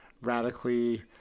radically